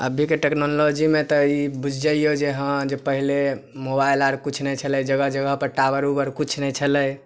अभीके टेक्नोलॉजीमे तऽ ई बुझि जाइऔ जे हँ पहिले मोबाइल आओर किछु नहि छलै जगह जगहपर टावर उवर किछु नहि छलै